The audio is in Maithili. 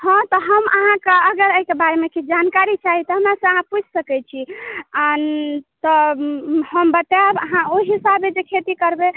हँ तऽ हम अहाँके अगर एहिके बारेमे किछु जानकारी चाही तऽ हमरा से अहाँ पुछि सकैत छी हँ तऽ हम बताएब अहाँ ओहि हिसाबे देखियो की करबे